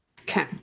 Okay